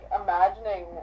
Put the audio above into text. imagining